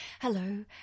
hello